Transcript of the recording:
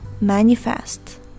manifest